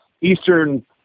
eastern